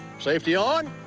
safety on.